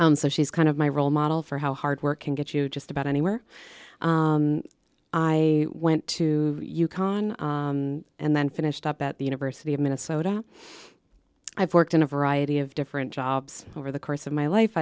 and so she's kind of my role model for how hard work can get you just about anywhere i went to u conn and then finished up at the university of minnesota i've worked in a variety of different jobs over the course of my life